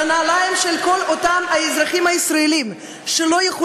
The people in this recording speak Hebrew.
בנעליים של כל אותם האזרחים הישראלים שאינם